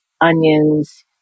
onions